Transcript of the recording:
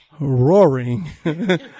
roaring